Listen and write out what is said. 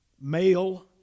male